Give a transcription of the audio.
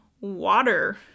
water